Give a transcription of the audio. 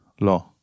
law